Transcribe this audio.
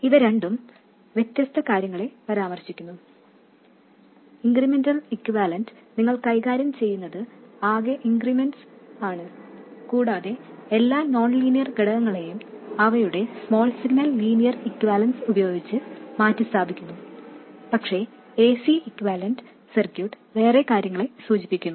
ഇവ രണ്ടും വ്യത്യസ്ത കാര്യങ്ങളെ പരാമർശിക്കുന്നു ഇൻക്രിമെന്റൽ ഇക്യൂവാലെൻറിൽ നിങ്ങൾ കൈകാര്യം ചെയ്യുന്നത് ആകെ ഇൻക്രിമെൻറ്സ് ആണ് കൂടാതെ എല്ലാ നോൺ ലീനിയർ ഘടകങ്ങളെയും അവയുടെ സ്മോൾ സിഗ്നൽ ലീനിയർ ഇക്യൂവാലെൻറ്സ് ഉപയോഗിച്ച് മാറ്റിസ്ഥാപിക്കുന്നു പക്ഷേ ac ഇക്യൂവാലെൻറ് സർക്യൂട്ട് വേറെ കാര്യങ്ങൾ സൂചിപ്പിക്കുന്നു